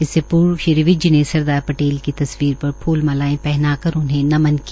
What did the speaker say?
इससे पूर्व श्री विज ने सरदार पटेल की तस्वीर पर फूल मालाएं पहनाकर उन्हें नमन किया